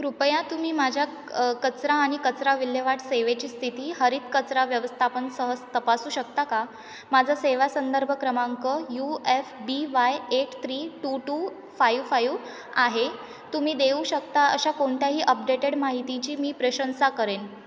कृपया तुम्ही माझ्या कचरा आणि कचरा विल्हेवाट सेवेची स्थिती हरितकचरा व्यवस्थापन सहज तपासू शकता का माझा सेवा संदर्भ क्रमांक U F B Y eight three two two five five आहे तुम्ही देऊ शकता अशा कोणत्याही अपडेटेड माहितीची मी प्रशंसा करेन